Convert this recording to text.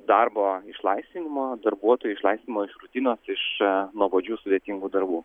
darbo išlaisvinimo darbuotojų išlaisvinimo iš rutinos iš nuobodžių sudėtingų darbų